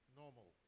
normal